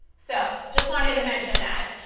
so just wanted to mention that.